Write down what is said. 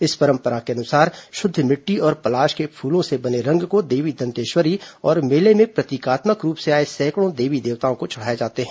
इस परंपरा के अनुसार शुद्ध मिट्टी और पलाश के फूलों से बने रंग को देवी दंतेश्वरी और मेले में प्रतीकात्मक रूप से आए सैकड़ों देवी देवताओं को चढ़ाए जाते हैं